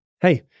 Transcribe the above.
Hey